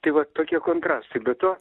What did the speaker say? tai va tokie kontrastai be to